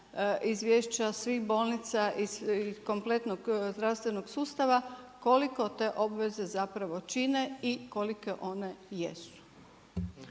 izvješća svih bolnica i kompletnog zdravstvenog sustava koliko te obveze zapravo čine i kolike one jesu.